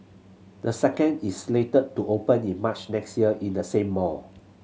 the second is slated to open in March next year in the same mall